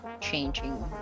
changing